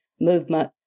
movement